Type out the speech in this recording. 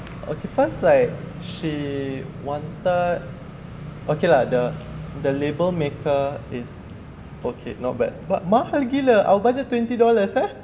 okay first like she wanted okay lah the label maker is okay not bad but mahal gila our budget twenty dollars eh